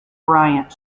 bryant